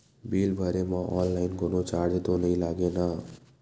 Bill भरे मा online कोनो चार्ज तो नई लागे ना?